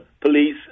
police